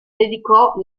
dedicò